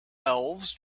elves